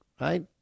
right